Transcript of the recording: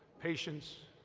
patients,